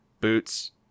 Boots